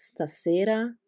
stasera